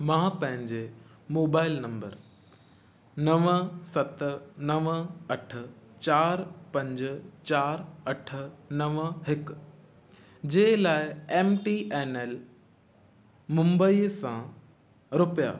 मां पंहिंजे mobile number नव सत नव अठ चारि पंज चारि अठ नव हिकु जे लाइ एम टी एन एल मुंबईअ सां रुपिया